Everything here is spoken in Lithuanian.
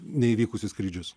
neįvykusius skrydžius